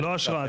א אשרה.